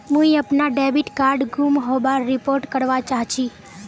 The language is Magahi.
मुई अपना डेबिट कार्ड गूम होबार रिपोर्ट करवा चहची